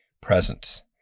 presence